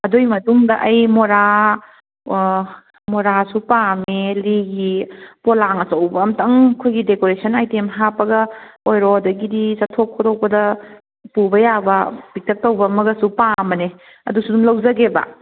ꯑꯗꯨꯒꯤ ꯃꯇꯨꯡꯗ ꯑꯩ ꯃꯣꯔꯥ ꯃꯣꯔꯥꯁꯨ ꯄꯥꯝꯃꯦ ꯂꯤꯒꯤ ꯄꯣꯂꯥꯡ ꯑꯆꯧꯕ ꯑꯝꯇꯪ ꯑꯩꯈꯣꯏꯒꯤ ꯗꯦꯀꯣꯔꯦꯁꯟ ꯑꯥꯏꯇꯦꯝ ꯍꯥꯞꯄꯒ ꯑꯣꯏꯔꯣ ꯑꯗꯒꯤꯗꯤ ꯆꯠꯊꯣꯛ ꯈꯣꯠꯇꯣꯛꯄꯗ ꯄꯨꯕ ꯌꯥꯕ ꯄꯤꯛꯇꯛ ꯇꯧꯕ ꯑꯃꯒꯁꯨ ꯄꯥꯝꯕꯅꯦ ꯑꯗꯨꯁꯨ ꯑꯗꯨꯝ ꯂꯧꯖꯒꯦꯕ